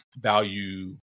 value